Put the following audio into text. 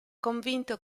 convinto